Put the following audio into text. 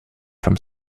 from